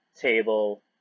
table